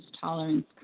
tolerance